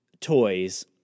toys